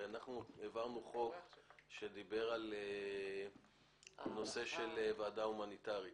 אנחנו העברנו חוק שמדבר על נושא של ועדה הומניטרית.